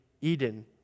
Eden